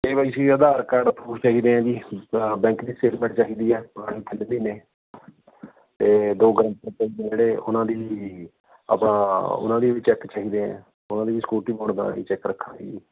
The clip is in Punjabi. ਕੇ Y C Aadhaar card proof ਚਾਹੀਦੇ ਹੈ ਜੀ ਬੈਂਕ ਦੀ ਸਟੇਟਮੈਂਟ ਚਾਹੀਦੀ ਹੈ ਅਤੇ ਦੋ ਗਰੰਟਰ ਚਾਹੀਦੇ ਜਿਹੜੇ ਉਨ੍ਹਾਂ ਦੀ ਆਪਣਾ ਉਨ੍ਹਾਂ ਦੇ ਵੀ ਚੈੱਕ ਚਾਹੀਦੇ ਹੈ ਉਨ੍ਹਾਂ ਦੀ ਵੀ ਸਕਿਉਟੀ ਚੈੱਕ ਰੱਖਾਂਗੇ ਜੀ